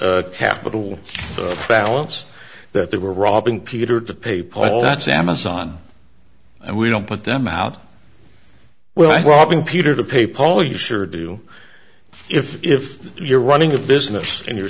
capital balance that they were robbing peter to pay paul that's amazon and we don't put them out well robbing peter to pay paul you sure do if if you're running a business and you're